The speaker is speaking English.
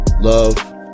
love